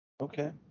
Okay